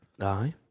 Aye